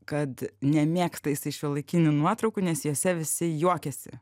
kad nemėgsta jisai šiuolaikinių nuotraukų nes jose visi juokiasi